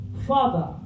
Father